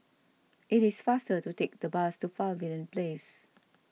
it is faster to take the bus to Pavilion Place